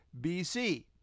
BC